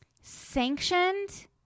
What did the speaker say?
sanctioned